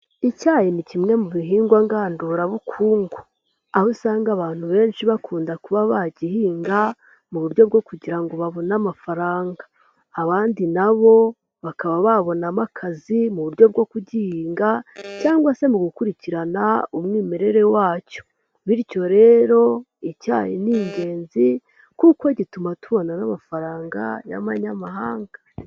Icyayi ni kimwe mu bihingwa ngandurabukungu, aho usanga abantu benshi bakunda kuba bagihinga mu buryo bwo kugira ngo babone amafaranga. Abandi nabo bakaba babonamo akazi mu buryo bwo kugihinga cyangwa se mu gukurikirana umwimerere wacyo bityo rero icyayi ni ingenzi kuko gituma tubona n'amafaranga y'abanyamahanga.